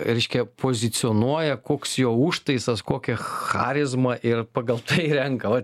reiškia pozicionuoja koks jo užtaisas kokia charizma ir pagal tai renka o